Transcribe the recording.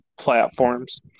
platforms